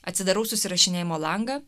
atsidarau susirašinėjimo langą